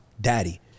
Daddy